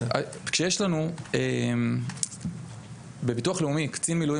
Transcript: כשיש לנו בביטוח לאומי קצין מילואים